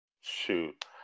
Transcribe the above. Shoot